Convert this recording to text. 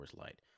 Light